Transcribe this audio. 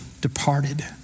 departed